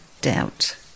doubt